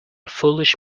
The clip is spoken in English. foolish